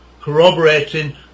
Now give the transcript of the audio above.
corroborating